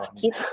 keep